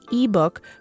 ebook